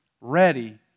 Ready